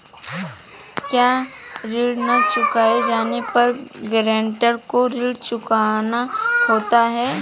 क्या ऋण न चुकाए जाने पर गरेंटर को ऋण चुकाना होता है?